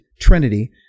Trinity